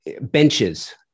benches